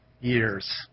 years